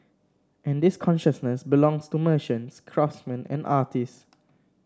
and this consciousness belongs to merchants craftsman and artist